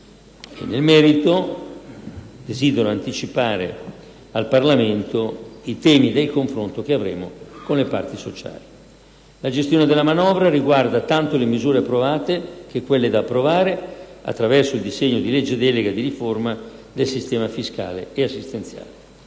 Nel merito, desidero anticipare al Parlamento i temi del confronto con le parti sociali. La gestione della manovra riguarda tanto le misure approvate che quelle da approvare attraverso il disegno di legge delega di riforma del sistema fiscale e assistenziale.